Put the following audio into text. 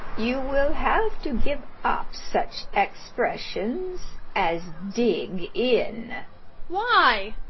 you will have to give up such expressions as dig in why?